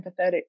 empathetic